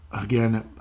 Again